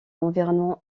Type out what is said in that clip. environnement